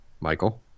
Michael